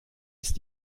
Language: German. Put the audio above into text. ist